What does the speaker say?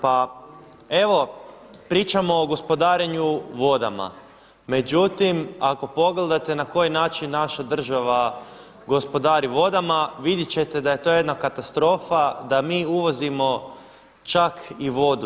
Pa evo pričamo o gospodarenju vodama, međutim ako pogledate na koji način naša država gospodari vodama vidjet ćete da je to jedna katastrofa, da mi uvozimo čak i vodu.